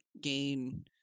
gain